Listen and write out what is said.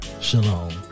Shalom